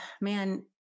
man